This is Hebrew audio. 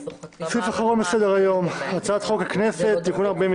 סעיף אחרון בסדר היום הצעת חוק הכנסת (תיקון מס'